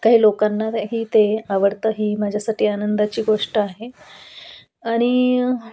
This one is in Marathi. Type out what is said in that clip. काही लोकांनाही ते आवडतं ही माझ्यासाठी आनंदाची गोष्ट आहे आणि